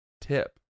tip